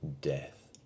death